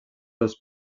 dos